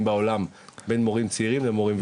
בעולם בין מורים צעירים למורים ותיקים.